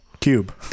cube